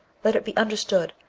let it be understood,